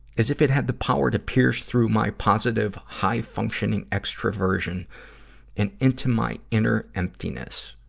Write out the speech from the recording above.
as if it had the power to pierce through my positive, high-functioning extroversion and into my inner emptiness.